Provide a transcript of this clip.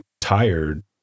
tired